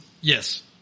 Yes